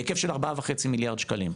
בהיקף של 4 וחצי מיליארד שקלים,